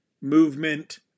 movement